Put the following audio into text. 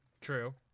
True